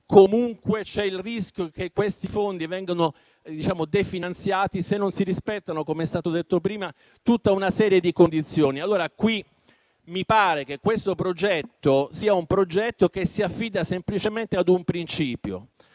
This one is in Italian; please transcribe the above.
Comunque c'è il rischio che questi fondi vengano definanziati se non si rispetta - come è stato detto prima - tutta una serie di condizioni. Allora mi pare che questo progetto si affidi semplicemente a un principio,